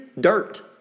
Dirt